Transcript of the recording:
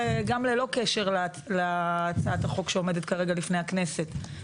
גם ללא קשר להצעת החוק שעומדת כרגע בפני הכנסת.